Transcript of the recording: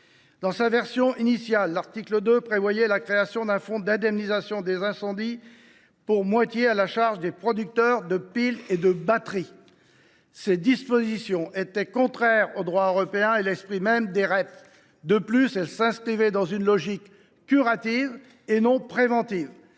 Dans sa version initiale, l’article 2 prévoyait la création d’un fonds d’indemnisation des incendies, dont le financement était pour moitié à la charge des producteurs de piles et de batteries. Ces dispositions étaient contraires au droit européen et à l’esprit même des REP. De plus, elles s’inscrivaient dans une logique curative et non préventive.